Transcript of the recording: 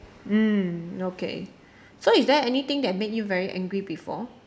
mm okay so is there anything that made you very angry before